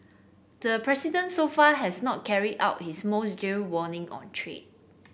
the president so far has not carried out his most dire warning on trade